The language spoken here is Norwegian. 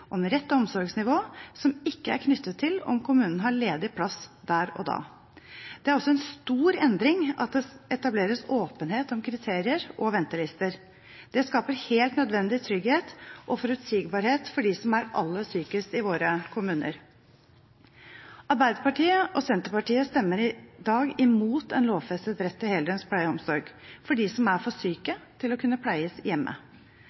vurdering om rett omsorgsnivå som ikke er knyttet til om kommunen har ledig plass der og da. Det er også en stor endring at det etableres åpenhet om kriterier og ventelister. Det skaper en helt nødvendig trygghet og forutsigbarhet for dem som er aller sykest i våre kommuner. Arbeiderpartiet og Senterpartiet stemmer i dag imot en lovfestet rett til heldøgns pleie og omsorg for dem som er for syke til å kunne pleies hjemme.